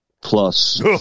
plus